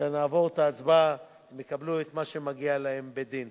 כשנעבור את ההצבעה, הם יקבלו מה שמגיע להם בדין.